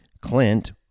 Clint